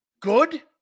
Good